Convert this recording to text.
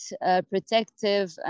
protective